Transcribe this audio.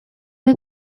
may